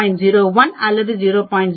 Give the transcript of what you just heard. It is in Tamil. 01 அல்லது 0